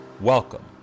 Welcome